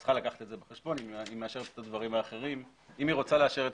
צריכה לקחת את זה בחשבון אם היא רוצה לאשר את